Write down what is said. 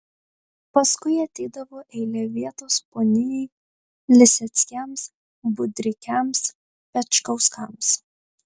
paskui ateidavo eilė vietos ponijai liseckiams budrikiams pečkauskams